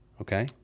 Okay